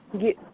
get